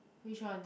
which one